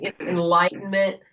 enlightenment